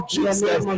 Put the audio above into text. Jesus